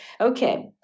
Okay